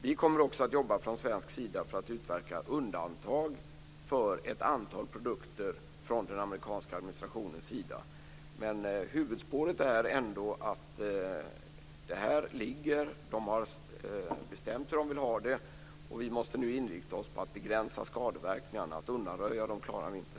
Vi kommer också att jobba från svensk sida för att utverka undantag för ett antal produkter från den amerikanska administrationens sida. Men huvudspåret är ändå att beslutet ligger fast. De har bestämt hur de vill ha det. Vi måste nu inrikta oss på att begränsa skadeverkningarna. Att undanröja dem klarar vi inte.